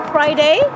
Friday